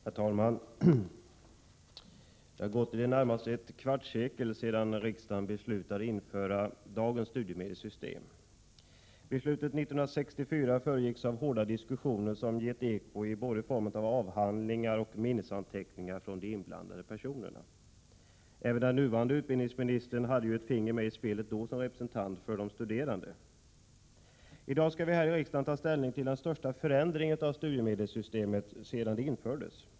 Herr talman! Det har gått i det närmaste ett kvartssekel sedan riksdagen beslutade införa dagens studiemedelssystem. Beslutet 1964 föregicks av hårda diskussioner som gett eko i form av både avhandlingar och minnesanteckningar från de inblandade personerna. Även den nuvarande utbildningsministern hade ett finger med i spelet — då som representant för de studerande. I dag skall vi här i riksdagen ta ställning till den största förändringen av studiemedelssystemet sedan det infördes.